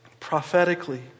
Prophetically